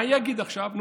מה יגיד עכשיו?